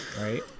Right